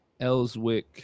Ellswick